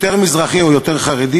יותר מזרחי או יותר חרדי,